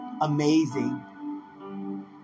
Amazing